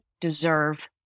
deserve